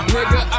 Nigga